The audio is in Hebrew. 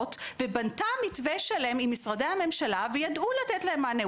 ובנתה מתווה שלם עם משרדי הממשלה וידעו לתת להם מענה.